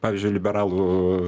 pavyzdžiui liberalų